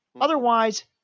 Otherwise